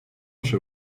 się